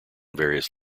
various